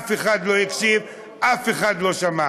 ואף אחד לא הקשיב, אף אחד לא שמע.